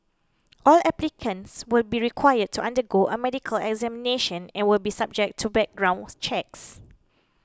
all applicants will be required to undergo a medical examination and will be subject to background checks